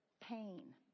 pain